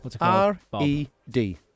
R-E-D